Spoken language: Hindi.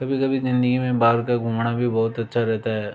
कभी कभी जिंदगी में बाहर का घूमना भी बहुत अच्छा रहता है